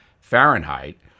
Fahrenheit